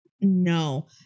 no